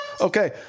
Okay